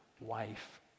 wife